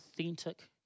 authentic